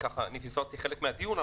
פספסתי חלק מהדיון,